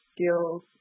skills